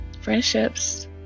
friendships